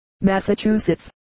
Massachusetts